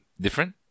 different